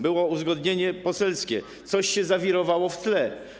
Było uzgodnienie poselskie, coś się zawirowało w tle.